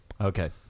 Okay